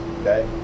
okay